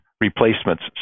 replacements